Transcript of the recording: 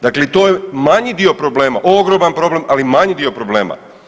Dakle, i to je manji dio problema, ogroman problem, ali manji dio problema.